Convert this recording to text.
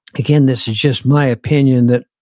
again, this is just my opinion that